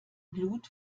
blut